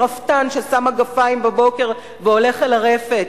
של הרפתן ששם מגפיים בבוקר והולך אל הרפת,